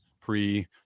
pre